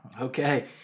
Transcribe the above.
Okay